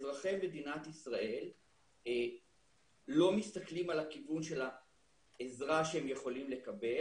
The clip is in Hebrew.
אזרחי מדינת ישראל לא מסתכלים על הכיוון של העזרה שהם יכולים לקבל,